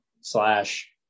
slash